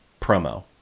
promo